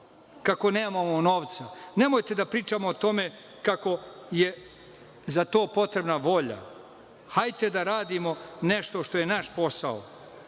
kako nemamo novca. Nemojte da pričamo o tome kako je za to potrebna volja. Hajte da radimo nešto što je naš posao.